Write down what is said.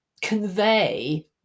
convey